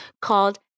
called